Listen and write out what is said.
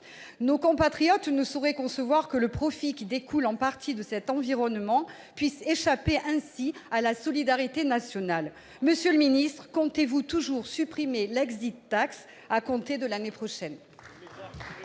Nos compatriotes ne sauraient concevoir que le profit qui découle en partie de cet environnement puisse échapper ainsi à la solidarité nationale. Monsieur le ministre, comptez-vous toujours supprimer l'à compter de l'année prochaine ?